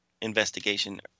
investigation